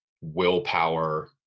willpower